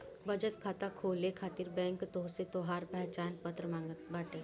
बचत खाता खोले खातिर बैंक तोहसे तोहार पहचान पत्र मांगत बाटे